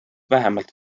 vähemalt